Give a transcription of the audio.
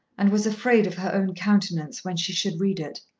and was afraid of her own countenance when she should read it.